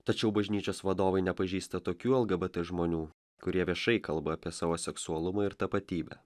tačiau bažnyčios vadovai nepažįsta tokių lgbt žmonių kurie viešai kalba apie savo seksualumą ir tapatybę